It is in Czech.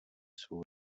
svou